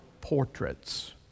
portraits